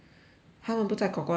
他们不在 kor kor 的家 liao leh